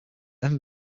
then